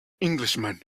englishman